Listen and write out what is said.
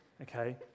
Okay